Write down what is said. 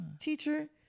teacher